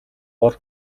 бор